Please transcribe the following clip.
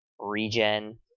regen